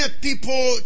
people